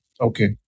Okay